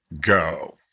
go